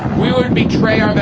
we wouldn't be crying